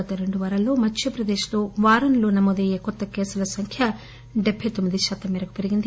గత రెండు వారాల్లో మధ్యప్రదేశ్లో వారంలో నమోదయ్యే కొత్త కేసుల సంఖ్య డెబ్బె తొమ్మిది శాతం మేరకు పెరిగింది